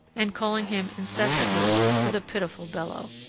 and calling him incessantly with a pitiful bellow.